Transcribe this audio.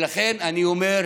ולכן אני אומר: